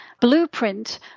blueprint